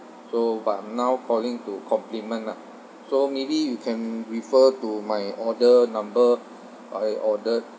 so but I'm now calling to compliment lah so maybe you can refer to my order number I ordered